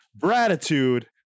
gratitude